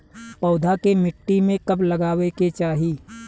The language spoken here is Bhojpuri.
पौधा के मिट्टी में कब लगावे के चाहि?